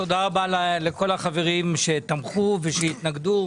תודה רבה לכל החברים שתמכו ושהתנגדו.